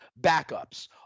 backups